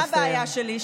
מה הבעיה שלי?